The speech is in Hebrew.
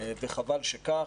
וחבל שכך.